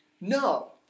No